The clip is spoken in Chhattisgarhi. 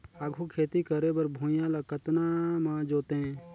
आघु खेती करे बर भुइयां ल कतना म जोतेयं?